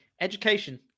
education